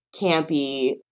campy